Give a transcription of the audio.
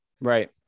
right